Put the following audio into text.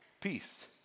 peace